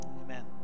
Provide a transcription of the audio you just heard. Amen